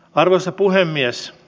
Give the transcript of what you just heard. arvoisa puhemies